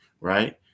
right